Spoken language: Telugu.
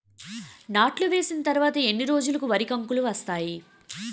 నాట్లు వేసిన తర్వాత ఎన్ని రోజులకు వరి కంకులు వస్తాయి?